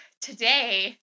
today